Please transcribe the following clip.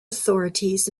authorities